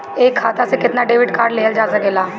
एक खाता से केतना डेबिट कार्ड लेहल जा सकेला?